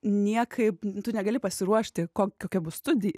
niekaip negali pasiruošti ko kokia bus studija